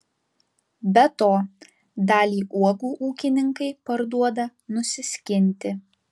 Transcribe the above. be to dalį uogų ūkininkai parduoda nusiskinti